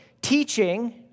teaching